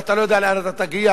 ואתה לא יודע לאן אתה תגיע,